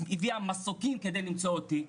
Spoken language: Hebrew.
הביאה מסוקים כדי למצוא אותי,